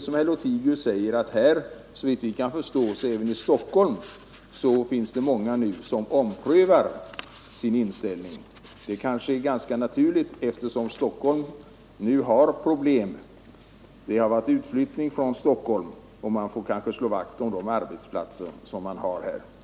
Som herr Lothigius nämnde finns det, såvitt vi kan förstå, även i Stockholm många som omprövar sin inställning till Bromma flygplats. Det kanske är ganska naturligt, eftersom Stockholm nu har problem. Det har skett en utflyttning från Stockholm, och man kanske får slå vakt om de arbetsplatser man har här.